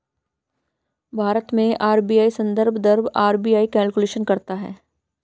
भारत में आर.बी.आई संदर्भ दर आर.बी.आई कैलकुलेट करता है